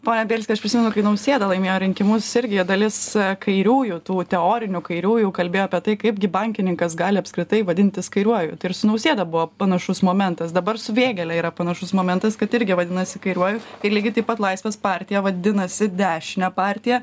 pone bielski aš prisimenu kai nausėda laimėjo rinkimus irgi dalis kairiųjų tų teorinių kairiųjų kalbėjo apie tai kaipgi bankininkas gali apskritai vadintis kairiuoju tai ir su nausėda buvo panašus momentas dabar su vėgėle yra panašus momentas kad irgi vadinasi kairiuoju ir lygiai taip pat laisvės partija vadinasi dešine partija